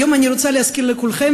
היום אני רוצה להזכיר לכולכם,